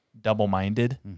double-minded